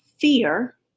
fear